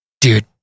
dude